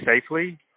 safely